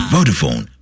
Vodafone